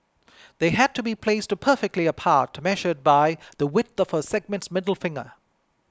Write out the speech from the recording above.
they had to be placed perfectly apart measured by the width of our sergeants middle finger